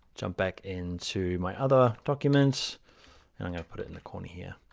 jump back into my other documents. and i'm going to put it in the corner here.